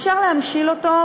אפשר להמשיל אותו,